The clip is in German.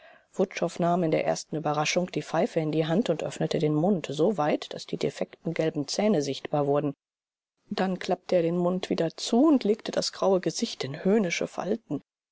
nahm in der ersten überraschung die pfeife in die hand und öffnete den mund so weit daß die defekten gelben zähne sichtbar wurden dann klappte er den mund wieder zu und legte das graue gesicht in höhnische falten